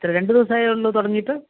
എത്ര രണ്ടു ദിവസമായേ ഉള്ളൂ തുടങ്ങിയിട്ട്